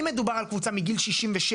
אם מדובר על קבוצה מגיל 67,